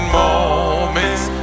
moments